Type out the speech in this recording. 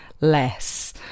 less